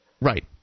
Right